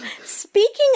speaking